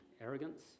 arrogance